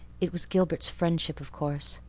it was gilbert's friendship, of course.